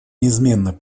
неизменно